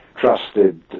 trusted